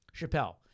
Chappelle